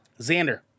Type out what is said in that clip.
Xander